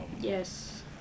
Yes